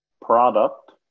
product